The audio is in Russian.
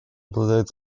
обладает